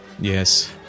Yes